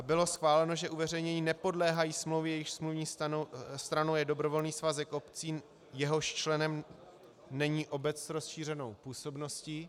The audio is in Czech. Bylo schváleno, že uveřejnění nepodléhají smlouvy, jejichž smluvní stranou je Dobrovolný svazek obcí, jehož členem není obec s rozšířenou působností.